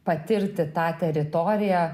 patirti tą teritoriją